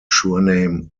surname